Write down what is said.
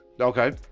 Okay